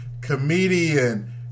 Comedian